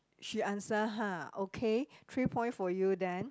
she answer ha okay three point for you then